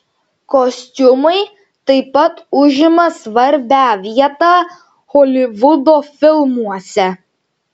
kostiumai taip pat užima svarbią vietą holivudo filmuose